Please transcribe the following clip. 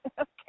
Okay